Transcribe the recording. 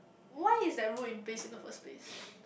why is that rules in the basic in the first place